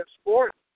sports